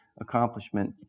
accomplishment